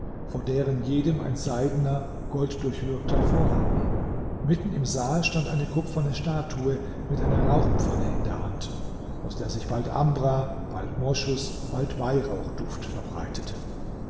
vor deren jedem ein seidener golddurchwirkter vorhang hing mitten im saal stand eine kupferne statue mit einer rauchpfanne in der hand aus der sich bald ambra bald moschus bald weihrauchduft verbreitete